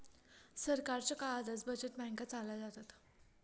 सरकारच्या काळातच बचत बँका चालवल्या जातात